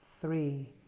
three